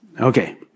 Okay